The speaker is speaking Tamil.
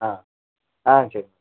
ஆ ஆ சரி